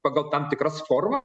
pagal tam tikras formas